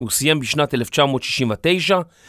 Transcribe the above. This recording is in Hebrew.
הוא סיים בשנת 1969.